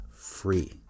free